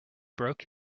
broke